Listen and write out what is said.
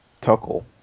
Tuckle